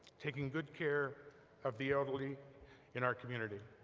taking good care of the elderly in our community.